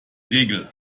regel